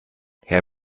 her